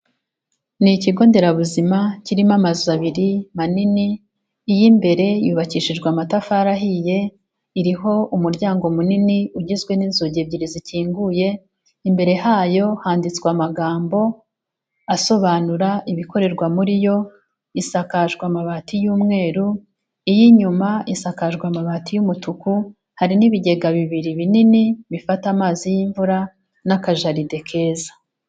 Ni ikigo nderabuzima kirimo amazu abiri manini iy'imbere yubakishijwe amatafari ahiye iriho umuryango munini ugizwe n'inzugi ebyiri zikinguye imbere hayo handitswe amagambo asobanura ibikorerwa muri yo, isakajwe amabati y'umweru, iy'inyuma isakajwe amabati y'umutuku, hari n'ibigega bibiri binini bifata amazi y'imvura n'akajaride keza.